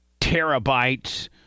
terabytes